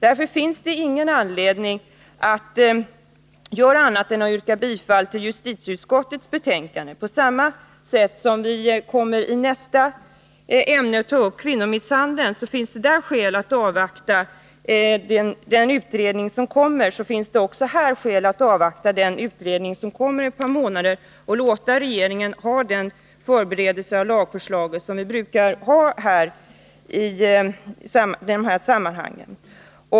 Därför finns det ingen anledning att inte bifalla justitieutskottets hemställan. På samma sätt som när det gäller kvinnomisshandel, som tas upp under nästa punkt på föredragningslistan, finns det skäl att avvakta resultatet av den utredning som pågår och låta regeringen förbereda lagförslaget på det sätt som den brukar göra i dessa sammanhang.